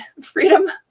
freedom